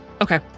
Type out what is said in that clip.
okay